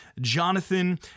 Jonathan